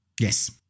Yes